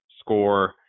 score